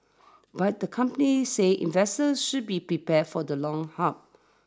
but the company said investors should be prepared for the long haul